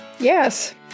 Yes